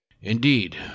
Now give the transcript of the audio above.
Indeed